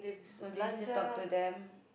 so do you still talk to them